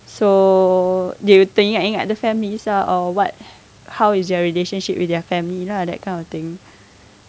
so dia teringat-ingat the families ah or what how is your relationship with their family lah that kind of thing